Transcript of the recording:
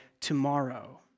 tomorrow